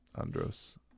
Andros